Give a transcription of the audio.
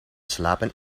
slapen